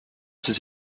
ses